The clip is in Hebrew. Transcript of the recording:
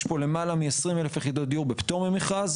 יש פה למעלה מ-20,000 יחידות דיור בפטור ממרכז.